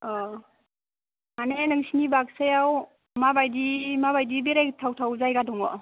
अ माने नोंसिनि बाक्सायाव माबायदि माबायदि बेरायथाव थाव जायगा दङ